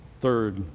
third